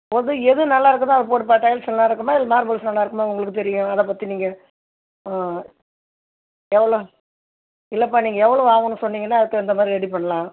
மொது எது நல்லா இருக்குதோ அதை போடுப்பா டைல்ஸ் நல்லா இருக்குமா இல்லை மார்பிள்ஸ் நல்லா இருக்குமா உங்களுக்கு தெரியும் அதை பற்றி நீங்கள் ஆ எவ்வளோ இல்லைப்பா நீங்கள் எவ்வளோ ஆகுன்னு சொன்னீங்கன்னாள் அதுக்குத் தகுந்த மாதிரி ரெடி பண்ணலாம்